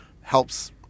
helps